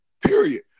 period